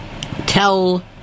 tell